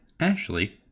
Ashley